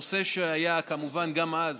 נושא שהיה כמובן גם אז,